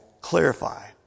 clarify